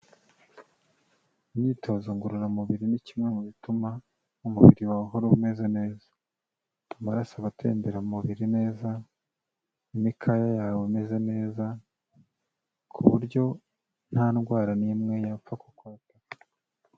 Imyitozo ngororamubiri ni kimwe mu bituma umubiri wawe uhora umeze neza, amaraso aba atembera mu mubiri neza, imikaya yawe imeze neza ku buryo nta ndwara n'imwe yapfa kukwataka.